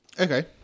Okay